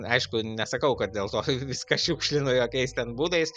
aišku nesakau kad dėl to viską šiukšlinu jokiais ten būdais